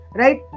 right